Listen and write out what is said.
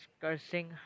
cursing